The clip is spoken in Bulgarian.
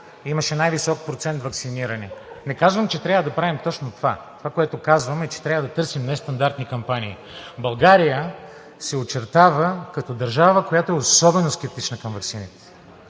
имаше най-висок процент ваксинирани. Не казвам, че трябва да правим точно това. Това, което казвам, е, че трябва да търсим нестандартни кампании. България се очертава като държава, която е особено скептична към ваксините,